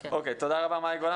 תודה רבה מאי גולן.